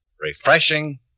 refreshing